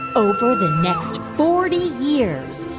over the next forty years,